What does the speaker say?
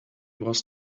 was